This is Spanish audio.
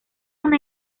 una